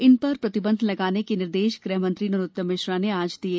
इन app पर प्रतिबंध लगाने के निर्देश गृह मंत्री नरोत्तम मिश्रा ने आज दिये